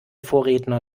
vorredner